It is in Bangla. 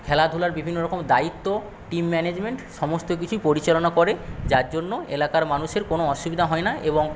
খেলাধুলার বিভিন্নরকম দায়িত্ব টিম ম্যানেজমেন্ট সমস্ত কিছুই পরিচালনা করে যার জন্য এলাকার মানুষের কোনো অসুবিধা হয় না এবং